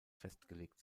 festgelegt